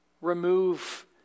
Remove